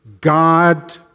God